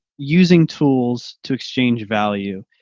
using tools to exchange value,